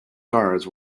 guards